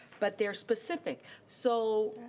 but their specific. so,